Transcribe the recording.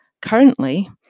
Currently